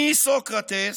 מסוקרטס,